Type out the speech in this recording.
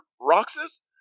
Roxas